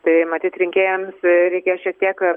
tai matyt rinkėjams reikia šitiek